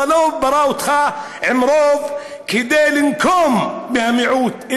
אללה לא ברא אותך עם רוב כדי לנקום במיעוט,